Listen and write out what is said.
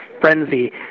frenzy